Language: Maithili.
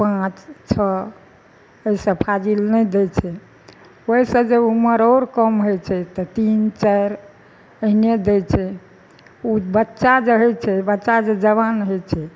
पाँच छओ एहिसँ फाजिल नहि दै छै ओहिसँ जे ऊमर आओर कम होइ छै तऽ तीन चारि एहिने दै छै ओ बच्चा जे होइ छै बच्चा जे जवान होइ छै